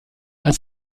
als